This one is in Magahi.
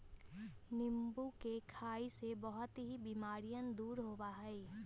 नींबू के खाई से बहुत से बीमारियन दूर होबा हई